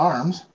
Arms